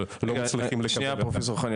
שניה פרופסור חנין,